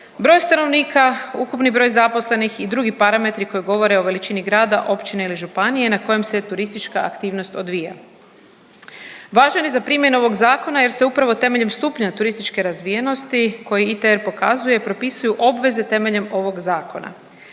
broj stanovnika, ukupni broj zaposlenih i drugi parametri koji govore o veličini grada, općine ili županije na kojem se turistička aktivnost odvija. Važan je za primjenu ovog Zakona jer se upravo temeljem stupnja turističke razvijenosti koje ITR pokazuje, propisuju obveze temeljem ovog Zakona.